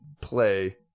play